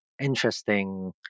interesting